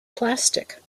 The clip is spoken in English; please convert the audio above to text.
plastic